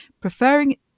preferring